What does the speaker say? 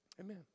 Amen